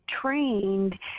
trained